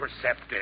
perceptive